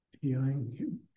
healing